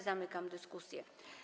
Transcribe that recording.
Zamykam dyskusję.